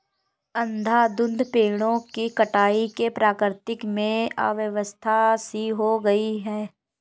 अंधाधुंध पेड़ों की कटाई से प्रकृति में अव्यवस्था सी हो गई है